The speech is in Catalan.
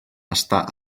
està